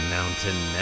Mountain